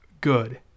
good